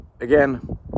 Again